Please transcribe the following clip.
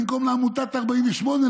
במקום לעמותת סיוע 48,